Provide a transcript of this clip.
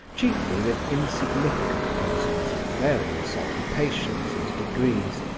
chiefly with insignificant persons of various occupations and degrees,